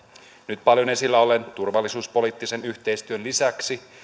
nyt paljon esillä olleen turvallisuuspoliittisen yhteistyön lisäksi